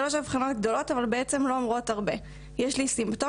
שלוש אבחנות גדולות אבל בעצם לא אומרות הרבה: יש לי סימפטומים,